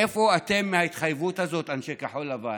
איפה אתם עם ההתחייבות הזאת, אנשי כחול לבן?